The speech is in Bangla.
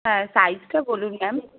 হ্যাঁ সাইজটা বলুন ম্যাম